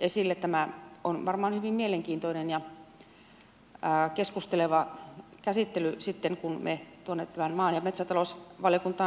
esille tämä on varmaan hyvin mielenkiintoinen ja keskusteleva käsittely sitten kun me tämän tuonne maa ja metsätalousvaliokuntaan saamme